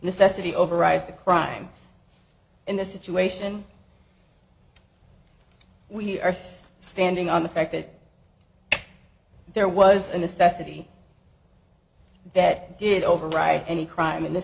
necessity overrides the crime in this situation we earth's standing on the fact that there was a necessity that did override any crime in th